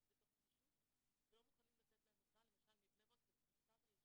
בתוך הרשות ולא מוכנים לתת להם הסעה למשל מבני ברק לכפר סבא.